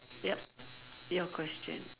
ya your question